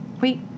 Wait